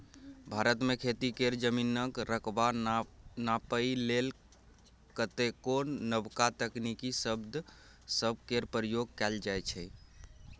भारत मे खेती केर जमीनक रकबा नापइ लेल कतेको नबका तकनीकी शब्द सब केर प्रयोग कएल जाइ छै